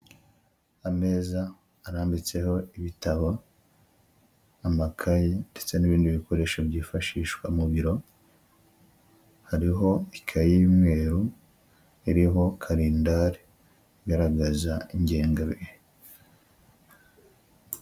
Ameza arambitseho ibitabo, amakayi ndetse n'ibindi bikoresho byifashishwa mu biro, hariho ikaye y'umweru iriho karindari igaragaza ingengabihe.